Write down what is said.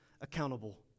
accountable